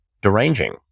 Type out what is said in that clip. deranging